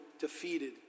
defeated